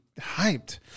hyped